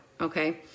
okay